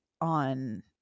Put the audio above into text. on